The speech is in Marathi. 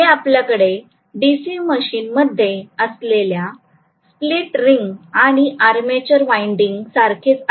हे आपल्याकडे डीसी मशीन मध्ये असलेल्या स्प्लिट रिंग आणि आर्मेचर वाइंडिंग सारखेच आहे